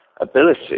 ability